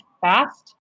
fast